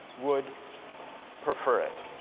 would prefer it.